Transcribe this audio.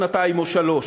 שנתיים או שלוש.